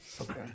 Okay